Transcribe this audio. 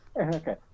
Okay